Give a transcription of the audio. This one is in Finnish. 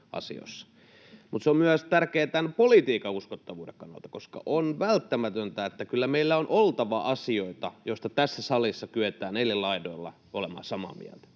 mutta se on tärkeää myös politiikan uskottavuuden kannalta, koska on välttämätöntä, että kyllä meillä on oltava asioita, joista tässä salissa kyetään eri laidoilla olemaan samaa mieltä